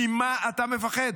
ממה אתה מפחד?